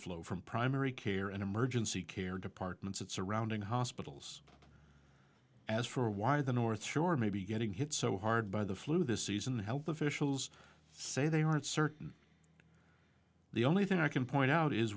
overflow from primary care and emergency care departments at surrounding hospitals as for why the north shore may be getting hit so hard by the flu this season health officials say they aren't certain the only thing i can point out is